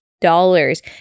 dollars